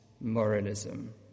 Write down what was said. moralism